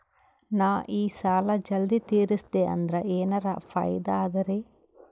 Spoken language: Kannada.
ನಾ ಈ ಸಾಲಾ ಜಲ್ದಿ ತಿರಸ್ದೆ ಅಂದ್ರ ಎನರ ಫಾಯಿದಾ ಅದರಿ?